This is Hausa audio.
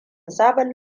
sabon